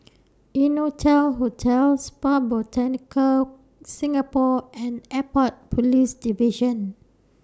Innotel Hotel Spa Botanica Singapore and Airport Police Division